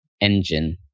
engine